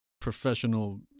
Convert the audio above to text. professional